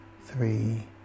three